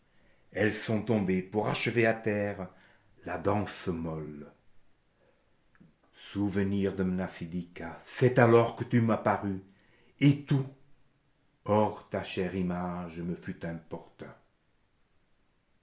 elles sont tombées pour achever à terre la danse molle souvenir de mnasidika c'est alors que tu m'apparus et tout hors ta chère image me fut importun